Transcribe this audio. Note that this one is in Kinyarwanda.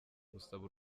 gusaba